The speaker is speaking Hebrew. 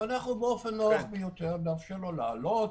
ואנחנו באופן נוח ביותר נאפשר לו לעלות,